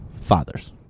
fathers